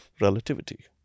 relativity